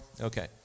Okay